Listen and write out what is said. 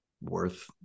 worth